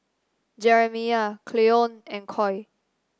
Jeremiah Cleone and Coy